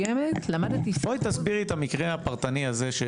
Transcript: בואי תסבירי את המקרה הפרטני הזה.